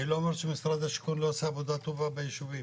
אני לא אומר שמשרד השיכון לא עושה עבודה טובה בישובים.